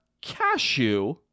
cashew